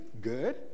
Good